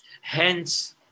Hence